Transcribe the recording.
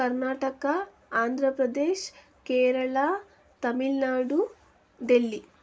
Karnataka Andhra Pradesh Kerala Tamil Nadu Delhi